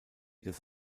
des